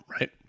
right